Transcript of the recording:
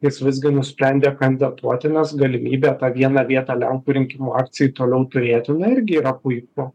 jis visgi nusprendė kandidatuoti nes galimybė tą vieną vietą lenkų rinkimų akcijai toliau turėti na irgi yra puiku